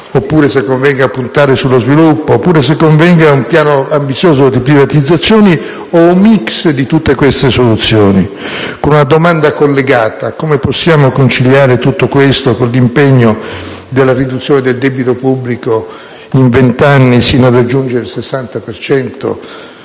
se convenga puntare sullo sviluppo, se convenga un piano ambizioso di privatizzazioni o un *mix* di tutte queste soluzioni. Vi è una domanda collegata: come possiamo conciliare tutto questo con l'impegno per la riduzione del debito pubblico sino a raggiungere in